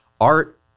art